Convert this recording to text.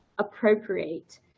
appropriate